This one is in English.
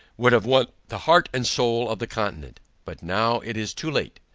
would have won the heart and soul of the continent but now it is too late,